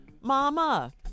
Mama